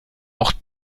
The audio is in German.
auch